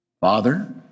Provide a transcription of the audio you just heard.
Father